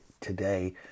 today